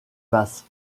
basse